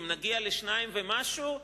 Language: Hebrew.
אם נגיע ל-2% ומשהו,